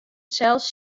sels